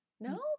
no